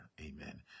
Amen